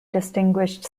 distinguished